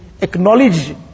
acknowledge